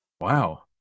Wow